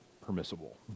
permissible